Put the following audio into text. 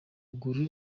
ugura